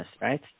right